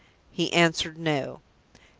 he answered, no.